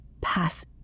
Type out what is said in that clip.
pass